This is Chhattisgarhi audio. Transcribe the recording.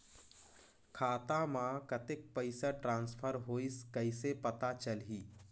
खाता म कतेक पइसा ट्रांसफर होईस कइसे पता चलही?